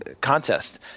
contest